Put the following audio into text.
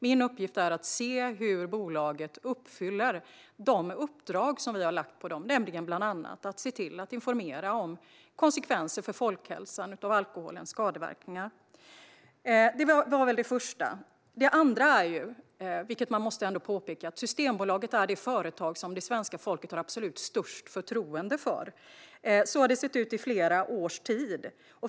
Min uppgift är att se hur bolaget uppfyller de uppdrag som vi har lagt på det, nämligen bland annat att se till att informera om konsekvenser för folkhälsan av alkoholens skadeverkningar. Det var det första. Det andra - som man ändå måste påpeka - är att Systembolaget är det företag som det svenska folket har absolut störst förtroende för. Så har det sett ut i flera års tid.